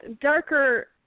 darker